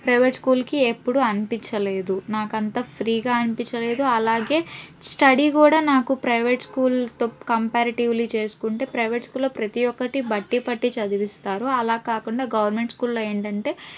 private స్కూల్కి ఎప్పుడు అనిపించలేదు నాకంతా ఫ్రీగా అనిపించలేదు అలాగే స్టడీ కూడా నాకు ప్రైవేట్ స్కూల్తో కంపారటీవ్లీ చేసుకుంటే ప్రైవేట్ స్కూల్లో ప్రతి ఒక్కటి బట్టి పట్టి చదివిస్తారు అలా కాకుండా గవర్నమెంట్ స్కూల్లో ఏంటంటే